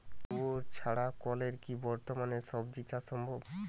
কুয়োর ছাড়া কলের কি বর্তমানে শ্বজিচাষ সম্ভব?